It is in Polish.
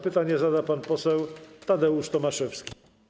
Pytanie zada pan poseł Tadeusz Tomaszewski.